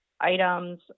items